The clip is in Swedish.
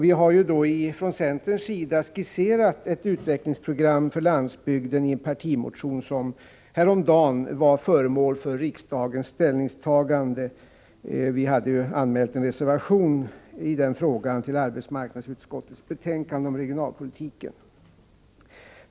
Vi har från centerns sida skisserat ett utvecklingsprogram för landsbygden i en partimotion, som häromdagen var föremål för riksdagens ställningstagande. Vi hade ju anmält en reservation till arbetsmarknadsutskottets betänkande om regionalpolitiken.